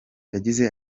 yagize